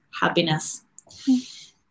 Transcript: happiness